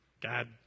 God